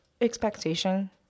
expectation